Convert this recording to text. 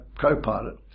co-pilot